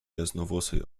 jasnowłosej